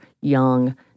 young